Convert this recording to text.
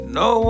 no